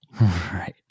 Right